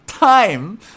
time